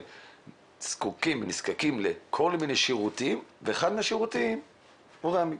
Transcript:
זקוקים לכל מיני שירותים ואחד מהם הוא של רמ"י.